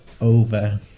over